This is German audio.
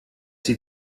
sie